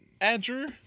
Andrew